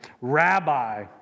Rabbi